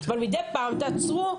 אבל מדי פעם תעצרו.